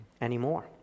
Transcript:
anymore